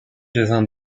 devint